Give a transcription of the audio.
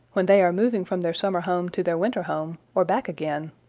when they are moving from their summer home to their winter home, or back again,